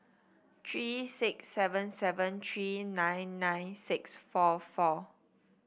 three six seven seven three nine nine six four four